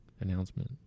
Announcement